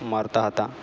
મરતા હતા